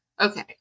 okay